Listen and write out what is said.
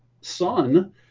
son